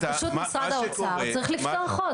אז פשוט משרד האוצר צריך לפתוח עוד.